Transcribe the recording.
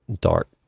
dark